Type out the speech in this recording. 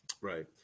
Right